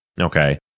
Okay